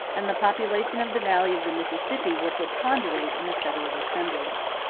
and the population of the valley of the mississippi will preponderate in the federal assemblies.